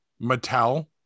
Mattel